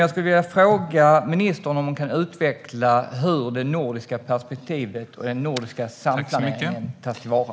Jag skulle vilja fråga ministern om hon kan utveckla hur det nordiska perspektivet och den nordiska samplaneringen tas till vara.